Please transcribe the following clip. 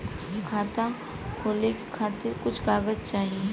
खाता खोले के खातिर कुछ कागज चाही?